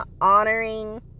honoring